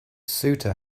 ceuta